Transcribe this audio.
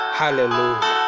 hallelujah